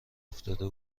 افتاده